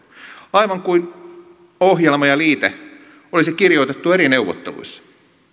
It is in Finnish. aivan kuin ohjelma ja liite olisi kirjoitettu eri neuvotteluissa